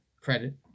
credit